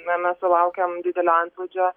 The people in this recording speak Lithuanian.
na mes sulaukiam didelio antplūdžio